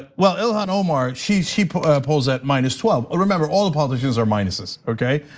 well, ilhan omar she she polls at minus twelve. remember all the politicians are minuses, okay?